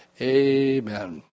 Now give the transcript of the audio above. Amen